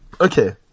okay